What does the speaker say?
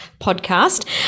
podcast